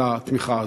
את התמיכה הזאת.